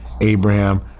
Abraham